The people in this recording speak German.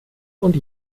und